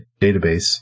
database